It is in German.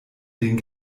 den